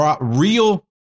real